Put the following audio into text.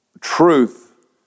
truth